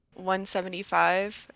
175